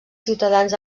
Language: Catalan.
ciutadans